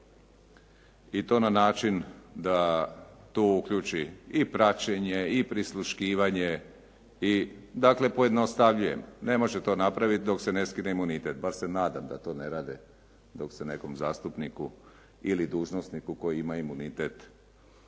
i to na način da tu uključi i praćenje i prisluškivanje i dakle pojednostavljujem, ne može to napraviti dok se ne skine imunitet. Pa se nadam da to ne rade dok se nekom zastupniku ili dužnosniku koji ima imunitet, dok mu